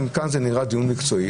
כאן זה נראה דיון מקצועי,